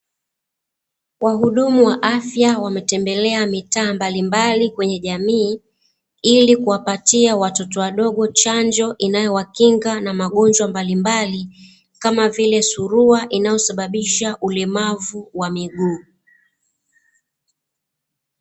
Wahudumu wa afya wametembelea mitaa mbalimbali kwenye jamii, ili kuwapatia watoto wadogo chanjo inayowakinga na magonjwa mbalimbali, kama vile surua inayosababisha ulemavu wa miguu.